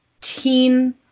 teen